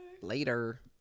Later